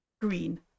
green